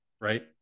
right